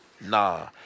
Nah